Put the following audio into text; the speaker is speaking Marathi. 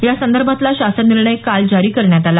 यासंदर्भातला शासन निर्णय काल जारी करण्यात आला